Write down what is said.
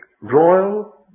royal